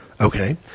Okay